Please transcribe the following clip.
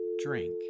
drink